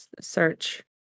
search